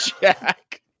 Jack